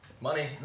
money